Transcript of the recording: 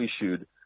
issued